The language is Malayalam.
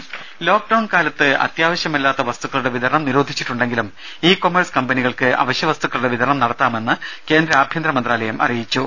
രുദ ലോക്ഡൌൺ കാലത്ത് അത്യാവശ്യമല്ലാത്ത വസ്തുക്കളുടെ വിതരണം നിരോധിച്ചിട്ടുണ്ടെങ്കിലും ഇ കൊമേഴ്സ് കമ്പനികൾക്ക് അവശ്യവസ്തുക്കളുടെ വിതരണം നടത്താമെന്ന് കേന്ദ്ര ആഭ്യന്തര മന്ത്രാലയം അറിയിച്ചു